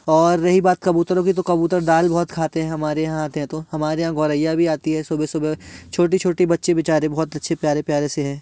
और रही बात कबूतरों की तो कबूतर दाल बहुत खाते हैं हमारे यहाँ आते हैं तो हमारे यहाँ गौरैया भी आती है सुबह सुबह छोटी छोटी बच्चे बेचारे बहुत अच्छे प्यारे प्यारे से हैं